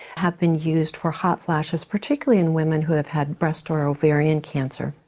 have been used for hot flashes particularly in women who have had breast or ovarian cancer.